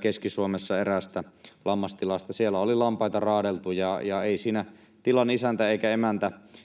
Keski-Suomessa eräällä lammastilalla oli lampaita raadeltu, ja ei siinä tilan isäntä eikä emäntä